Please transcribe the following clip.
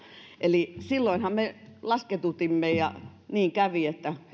eli silloinhan me lasketutimme ja niin kävi että